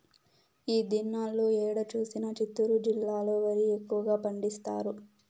ఈ దినాల్లో ఏడ చూసినా చిత్తూరు జిల్లాలో వరి ఎక్కువగా పండిస్తారు